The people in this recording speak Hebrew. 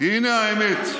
הינה האמת,